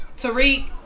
Tariq